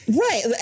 right